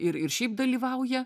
ir ir šiaip dalyvauja